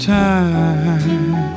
time